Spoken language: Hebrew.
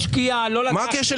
אתה לא שם לב?